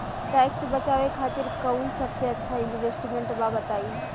Tax बचावे खातिर कऊन सबसे अच्छा इन्वेस्टमेंट बा बताई?